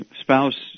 spouse